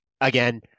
again